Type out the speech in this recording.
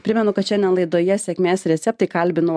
primenu kad šiandien laidoje sėkmės receptai kalbinau